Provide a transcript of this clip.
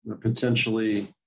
potentially